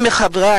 מחברי